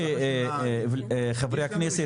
חבר הכנסת